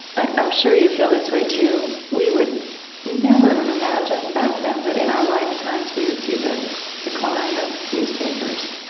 i'm sure you feel this way, too. we would never have imagined back then that in our lifetimes we would see the decline of newspapers.